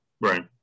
Right